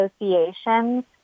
associations